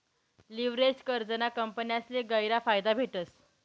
leveraged कर्जना कंपन्यासले गयरा फायदा भेटस